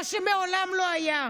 מה שמעולם לא היה.